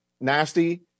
nasty